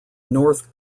north